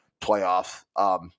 playoffs